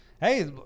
Hey